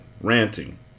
ranting